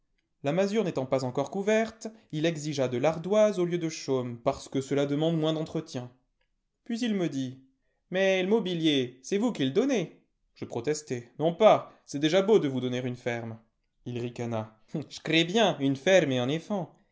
la masure n'étant pas encore couverte il exigea de l'ardoise au heu de chaume parce que cela demande moins d'entretien puis il me dit mais r mobiher c'est vous qui le donnez je protestai non pas c'est déjà beau de vous donner une ferme il ricana j crai ben une ferme et un éfant